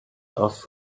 off